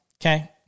Okay